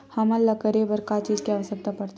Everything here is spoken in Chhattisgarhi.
हमन ला करे बर का चीज के आवश्कता परथे?